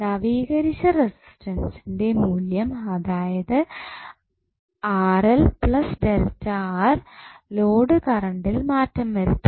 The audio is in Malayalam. നവീകരിച്ച റെസിസ്റ്റൻസിന്റെ മൂല്യം അതായത് ലോഡ് കറണ്ടിൽ മാറ്റം വരുത്തും